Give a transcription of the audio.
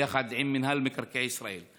ביחד עם מינהל מקרקעי ישראל.